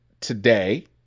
today